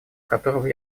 которого